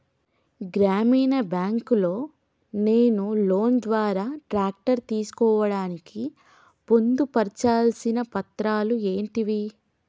గ్రామీణ బ్యాంక్ లో నేను లోన్ ద్వారా ట్రాక్టర్ తీసుకోవడానికి పొందు పర్చాల్సిన పత్రాలు ఏంటివి?